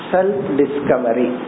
Self-discovery